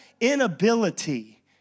inability